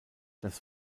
das